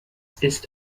ist